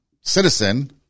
citizen